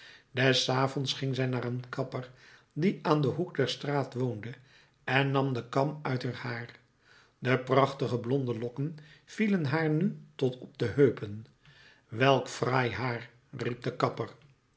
des avonds ging zij naar een kapper die aan den hoek der straat woonde en nam den kam uit heur haar de prachtige blonde lokken vielen haar nu tot op de heupen welk fraai haar riep de kapper